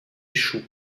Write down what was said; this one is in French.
échoue